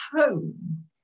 home